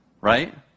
Right